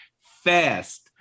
fast